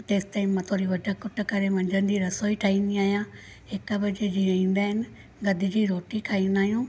तेसि तईं मां थोरी वठि कुटि करे मंझंदि जी रसोई ठाहींदी आहियां हिकु बजे जीअं ईंदा आहिनि गॾु जी रोटी खाईंदा आहियूं